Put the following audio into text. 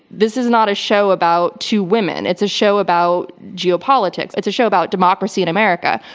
this is not a show about two women, it's a show about geopolitics, it's a show about democracy in america.